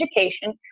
education